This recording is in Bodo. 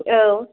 औ